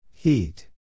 Heat